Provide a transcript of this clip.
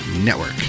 Network